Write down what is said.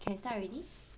can start already